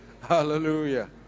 Hallelujah